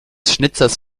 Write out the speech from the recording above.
schnitzers